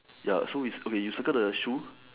ya so is okay you circle the shoes